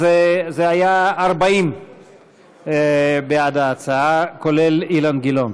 אז 40 בעד ההצעה, כולל אילן גילאון.